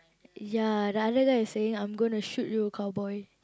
ya the other guy is saying I'm gonna shoot you cowboy